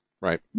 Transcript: right